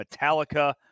Metallica